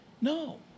No